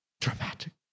dramatic